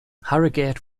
harrogate